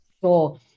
Sure